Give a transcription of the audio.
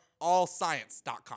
AllScience.com